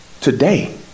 today